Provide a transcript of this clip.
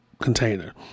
container